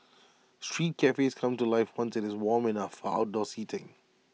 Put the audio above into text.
street cafes come to life once IT is warm enough of outdoor seating